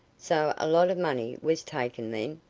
so a lot of money was taken, then?